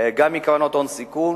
גם מקרנות הון סיכון.